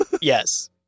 Yes